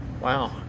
Wow